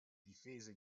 difese